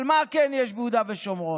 אבל מה כן יש ביהודה ושומרון?